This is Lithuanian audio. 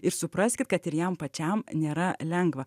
ir supraskit kad ir jam pačiam nėra lengva